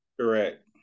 Correct